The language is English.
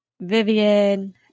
Vivian